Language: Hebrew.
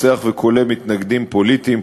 רוצח וכולא מתנגדים פוליטיים,